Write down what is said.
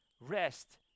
rest